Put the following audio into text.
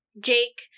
jake